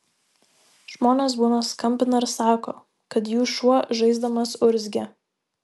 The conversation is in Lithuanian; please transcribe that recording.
žmonės būna skambina ir sako kad jų šuo žaisdamas urzgia